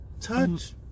Touch